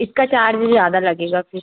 इसका चार्ज ज़्यादा लगेगा फ़िर